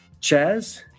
Chaz